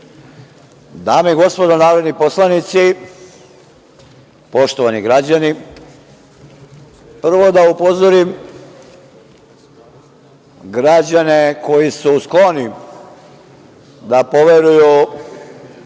i gospodo narodni poslanici, poštovani građani, prvo da upozorim građane koji su skloni da poveruju